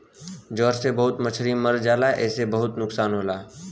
ज्वर से बहुत मछरी मर जाला जेसे बहुत नुकसान होला